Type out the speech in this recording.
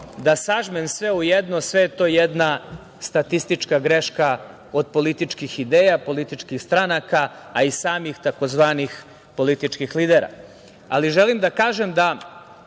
da sažmem sve u jedno sve je to jedna statistička greška od političkih ideja, političkih stranaka, a i samih tzv. političkih lidera. Ali, želim da kažem da